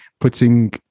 putting